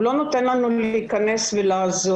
הוא לא נותן לנו להיכנס ולעזור.